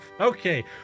okay